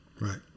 right